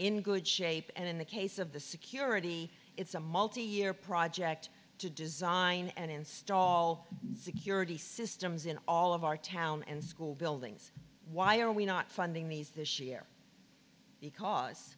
in good shape and in the case of the security it's a multi year project to design and install security systems in all of our town and school buildings why are we not funding these this year because